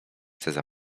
zechce